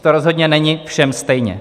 To rozhodně není všem stejně.